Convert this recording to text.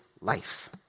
life